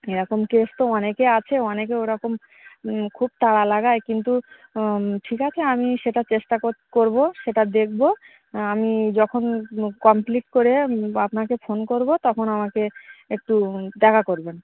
এরকম কেস তো অনেকে আছে অনেকে ওরকম খুব তাড়া লাগায় কিন্তু ঠিক আছে আমি সেটা চেষ্টা কো করব সেটা দেখব আমি যখন কমপ্লিট করে আপনাকে ফোন করব তখন আমাকে একটু দেখা করবেন